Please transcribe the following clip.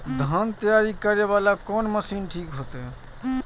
धान तैयारी करे वाला कोन मशीन ठीक होते?